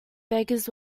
beggars